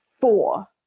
four